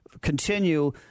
continue